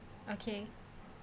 okay